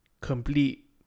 complete